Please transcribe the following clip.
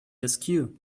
askew